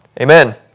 Amen